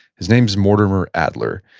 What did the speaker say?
his name is mortimer adler.